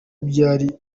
byashyirwa